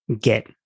get